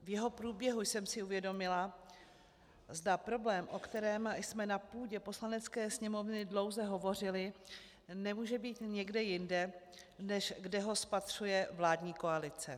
V jeho průběhu jsem si uvědomila, zda problém, o kterém jsme na půdě Poslanecké sněmovny dlouze hovořili, nemůže být někde jinde, než kde spatřuje vládní koalice.